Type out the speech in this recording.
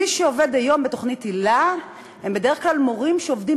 מי שעובדים היום בתוכנית היל"ה הם בדרך כלל מורים שעובדים